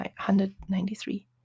193